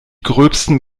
gröbsten